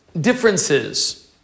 differences